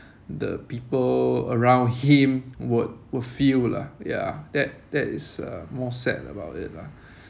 the people around him would will feel lah ya that that is uh more sad about it lah